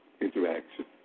interaction